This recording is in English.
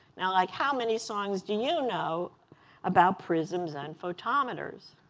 now, like, how many songs do you know about prisms and photometers?